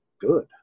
good